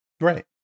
Right